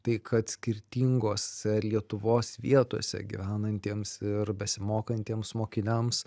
tai kad skirtingose lietuvos vietose gyvenantiems ir besimokantiems mokiniams